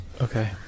Okay